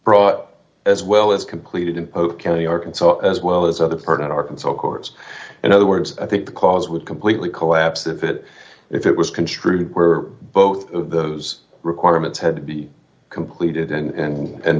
brought up as well as completed in polk county arkansas as well as other part of arkansas courts in other words i think the cause would completely collapse if it if it was construed were both of those requirements had to be completed in and